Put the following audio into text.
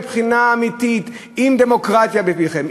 מבחינה אמיתית: אם דמוקרטיה בפיכם,